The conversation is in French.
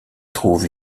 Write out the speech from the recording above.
trouve